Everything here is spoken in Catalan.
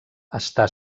està